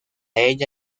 ella